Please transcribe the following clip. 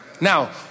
Now